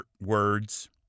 words